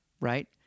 Right